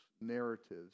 narratives